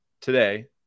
today